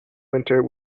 winter